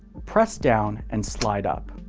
press down, and slide up.